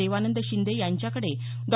देवानंद शिंदे यांच्याकडे डॉ